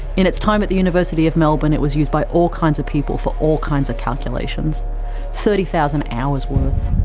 in its time at the university of melbourne, it was used by all kinds of people for all kinds of calculations thirty thousand hours' worth.